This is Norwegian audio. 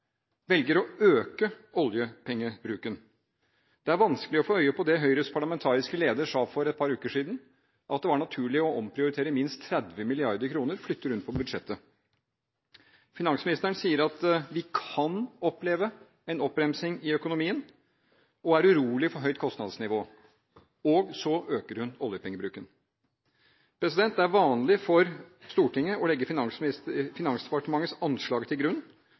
velger å øke oljepengebruken. Det er vanskelig å få øye på det Høyres parlamentariske leder sa for et par uker siden: at det var naturlig å omprioritere minst 30 mrd. kr, flytte rundt på budsjettet. Finansministeren sier at vi kan oppleve en oppbremsing i økonomien, og er urolig for høyt kostnadsnivå – og så øker hun oljepengebruken. Det er vanlig for Stortinget å legge Finansdepartementets anslag til grunn,